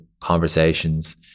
conversations